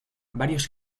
varios